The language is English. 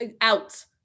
out